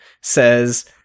says